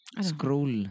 Scroll